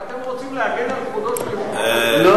כי אתם רוצים להגן על כבודו של יושב-ראש, ?